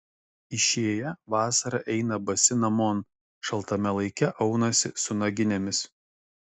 išėję vasarą eina basi namon šaltame laike aunasi su naginėmis